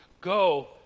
go